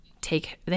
take –